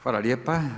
Hvala lijepa.